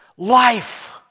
Life